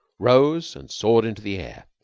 rose, and soared into the air.